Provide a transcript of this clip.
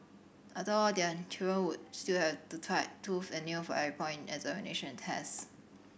after all their children would still have to tight tooth and nail for every point examination test